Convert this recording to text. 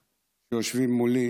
הם יושבים מולי,